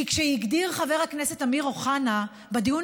כי כשהגדיר חבר הכנסת אמיר אוחנה בדיון